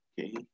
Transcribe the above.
Okay